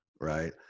right